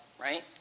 right